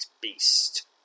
beast